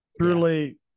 Truly